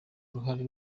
uruhare